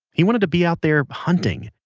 he wanted to be out there hunting.